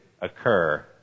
occur